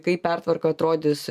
kaip pertvarka atrodys